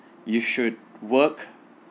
you should work